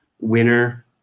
Winner